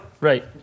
right